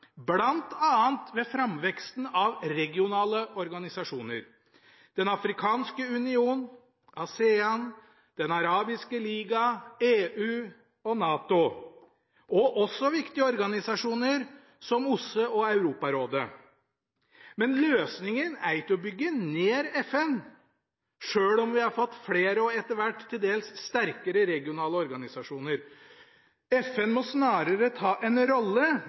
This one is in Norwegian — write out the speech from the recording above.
ved framveksten av regionale organisasjoner. Den afrikanske union, ASEAN, Den arabiske liga, EU og NATO – og også viktige organisasjoner som OSSE og Europarådet. Men løsningen er ikke å bygge ned FN, sjøl om vi har fått flere og etter hvert til dels sterke regionale organisasjoner. FN må snarere ta en rolle